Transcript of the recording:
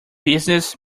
business